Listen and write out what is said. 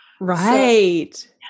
Right